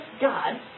God